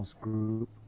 group